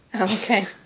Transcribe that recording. Okay